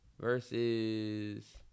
versus